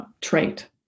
trait